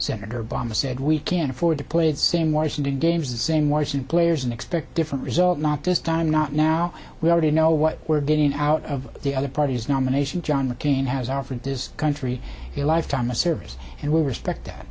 senator boxer said we can't afford to play the same washington games the same washington players and expect different results not this time not now we already know what we're getting out of the other party's nomination john mccain has offered this country a lifetime of service and we respect that